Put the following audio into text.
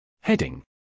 Heading